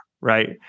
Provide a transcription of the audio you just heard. right